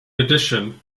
addition